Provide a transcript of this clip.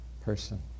person